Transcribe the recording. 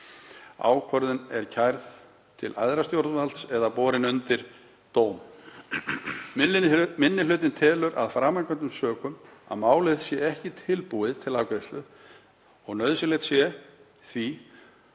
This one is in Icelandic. ákvörðun er kærð til æðra stjórnvalds eða borin undir dóm. Minni hlutinn telur af framangreindum sökum að málið sé ekki tilbúið til afgreiðslu. Nauðsynlegt sé að